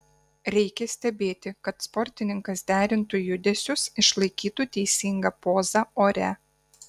reikia stebėti kad sportininkas derintų judesius išlaikytų teisingą pozą ore